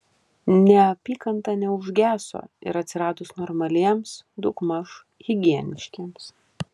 neapykanta neužgeso ir atsiradus normaliems daugmaž higieniškiems